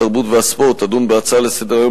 התרבות והספורט תדון בהצעות לסדר-היום